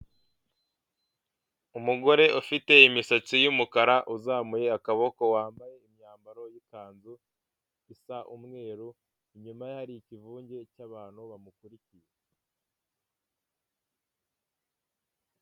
Umugore ufite imisatsi y'umukara uzamuye akaboko wambaye imyambaro y'ikanzu isa umweru inyuma hari ikivunge cy'abantu bamukurikiye.